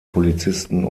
polizisten